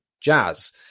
jazz